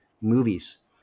movies